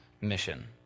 mission